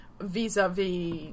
Vis-a-vis